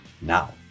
Now